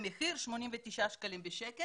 המחיר 89 שקלים אבל